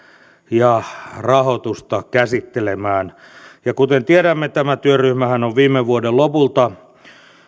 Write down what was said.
ja rahoitusta käsittelemään ja kuten tiedämme tämä työryhmähän on viime vuoden lopulta